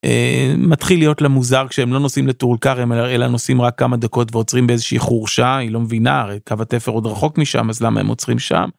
מתחיל להיות לה מוזר כשהם לא נוסעים לטול כרם אלא נוסעים רק כמה דקות ועוצרים באיזושהי חורשה היא לא מבינה הרי קו התפר עוד רחוק משם אז למה הם עוצרים שם.